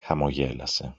χαμογέλασε